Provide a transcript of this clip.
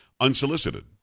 unsolicited